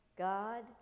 God